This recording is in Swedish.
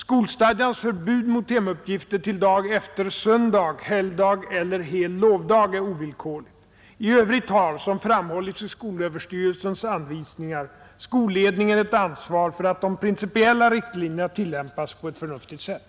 Skolstadgans förbud mot hemuppgifter till dag efter söndag, helgdag eller hel lovdag är ovillkorligt. I övrigt har — som framhålls i skolöverstyrelsens anvisningar — skolledningen ett ansvar för att de principiella riktlinjerna tillämpas på ett förnuftigt sätt.